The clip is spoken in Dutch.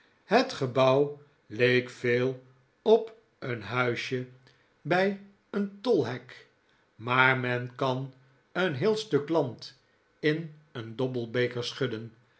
het gebouw leek veel op een huisje bij de heer scadder een tolhek maar men kan een heel stuk land in een dobbelbeker schudden